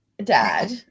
dad